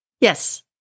Yes